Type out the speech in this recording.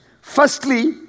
Firstly